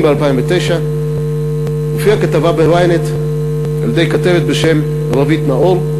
הופיעה כתבה ב-ynet, והכתבת, רוית נאור,